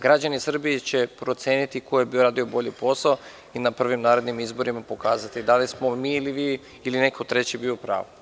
Građani Srbije će proceniti ko je uradio bolje posao i na prvim narednim izborima pokazati da li smo mi, vi ili neko treći bio u pravu.